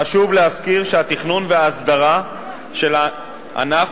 חשוב להזכיר שהתכנון וההסדרה של הענף